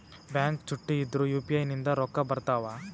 Bank ಚುಟ್ಟಿ ಇದ್ರೂ UPI ನಿಂದ ರೊಕ್ಕ ಬರ್ತಾವಾ?